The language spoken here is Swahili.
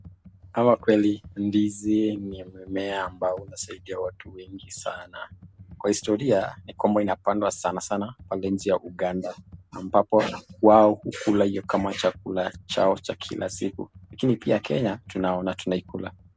Hawa kweli ndizi ni mimea ambao unasaidia watu wengi sanaa. Kwa historia, migomba inapandwa sanaa sanaa pale nchi ya Uganda ambapo wao hukula hio kama chakula chao cha kila siku. lakini pia Kenya, tunaona tunaikula.